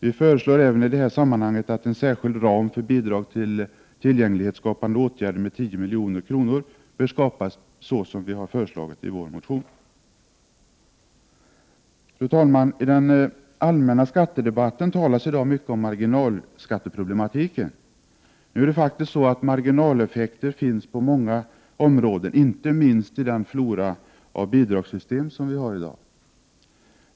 Vi föreslår även i detta sammanhang att en särskild ram för bidrag till tillgänglighetsskapande åtgärder med 10 milj.kr. bör skapas, så som vi föreslagit i vår motion. Fru talman! I den allmänna skattedebatten talas i dag mycket om marginalskatteproblematiken. Nu är det faktiskt så att marginaleffekter finns på många områden, inte minst inom den flora av bidragssystem vi har i dag.